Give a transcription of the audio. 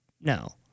no